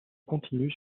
continuent